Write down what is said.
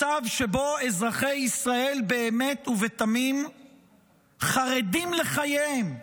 מצב שבו אזרחי ישראל באמת ובתמים חרדים לחייהם.